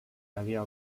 havia